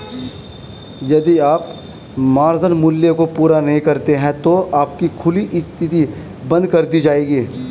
यदि आप मार्जिन मूल्य को पूरा नहीं करते हैं तो आपकी खुली स्थिति बंद कर दी जाएगी